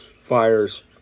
fires